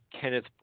Kenneth